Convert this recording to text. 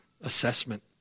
assessment